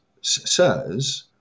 says